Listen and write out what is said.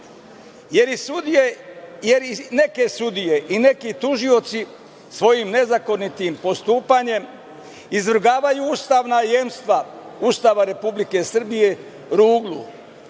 jer neke sudije i neki tužioci svojim nezakonitim postupanjem izvrgavaju ustavna jemstva Ustava Republike Srbije ruglu,